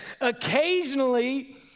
Occasionally